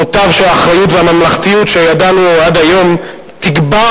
מוטב שהאחריות והממלכתיות שידענו עד היום תגבר